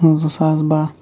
زٕ ساس باہہ